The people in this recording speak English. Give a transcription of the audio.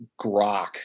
grok